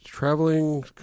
Traveling